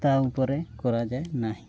ତା' ଉପରେ କରାଯାଏ ନାହିଁ